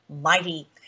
mighty